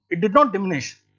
it did not diminish.